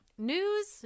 News